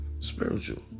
Spiritual